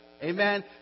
amen